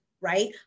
right